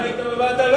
היית בוועדה?